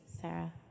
Sarah